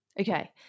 Okay